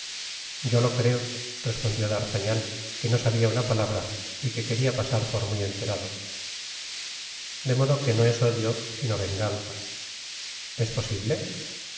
yo lo creo respondió d'artagnan que no sabia una palabra y que queria pasar por muy enterado de modo que no es odio sino venganza es posible y